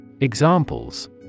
Examples